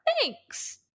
thanks